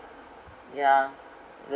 yeah